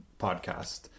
podcast